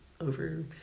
over